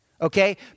Okay